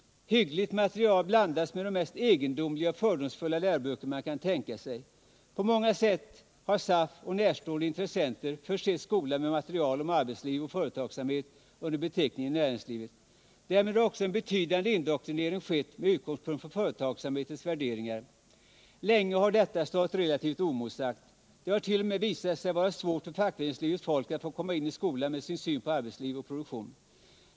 Hyggligt material blandas med de mest egendomliga och fördomsfulla läroböcker man kan tänka sig. På många sätt har SAF och närstående intressenter försett skolan med material om arbetsliv och företagsamhet under beteckningen näringslivet. Därmed har också en betydande indoktrinering skett med utgångspunkt i företagsamhetens värderingar. Länge har detta stått relativt oemotsagt, och det har t.o.m. visat sig vara svårt för fackföreningslivets folk att få komma in i skolan med sin syn på arbetsliv och produktion.